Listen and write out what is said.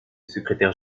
secrétaire